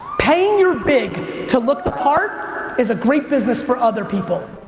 paying your big to look the part is a great business for other people.